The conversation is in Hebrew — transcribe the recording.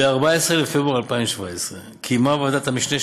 ב-14 בפברואר 2017 קיימה ועדת המשנה של